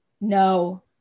No